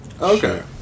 Okay